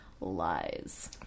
lies